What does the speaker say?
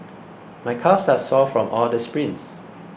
my calves are sore from all the sprints